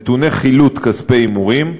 נתוני חילוט כספי הימורים: